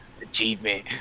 Achievement